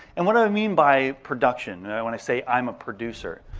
and what do i mean by production, when i say i'm a producer?